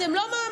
אתם לא מאמינים,